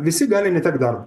visi gali netekt darbo